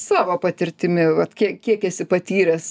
savo patirtimi vat kiek kiek esi patyręs